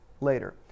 later